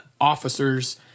officers